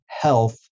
health